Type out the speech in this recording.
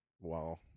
Wow